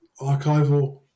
archival